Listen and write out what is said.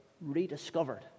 rediscovered